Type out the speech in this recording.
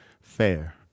fair